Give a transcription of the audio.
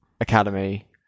Academy